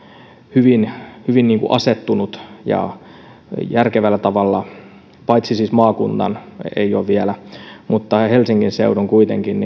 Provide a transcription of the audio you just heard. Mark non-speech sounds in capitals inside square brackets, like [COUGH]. hyvin hyvin ja järkevällä tavalla asettunut siis maakunnissa ei ole vielä mutta helsingin seudulla kuitenkin [UNINTELLIGIBLE]